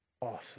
awesome